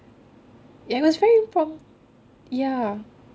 it was very improm~ ya